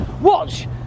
Watch